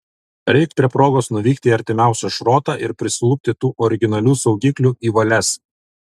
reik prie progos nuvykti į artimiausią šrotą ir prisilupti tų originalių saugiklių į valias